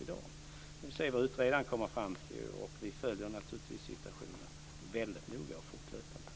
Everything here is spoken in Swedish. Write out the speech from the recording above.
i dag. Nu får vi se vad utredaren kommer fram till. Vi följer naturligtvis situationen väldigt noga och fortlöpande.